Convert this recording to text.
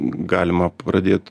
galima pradėt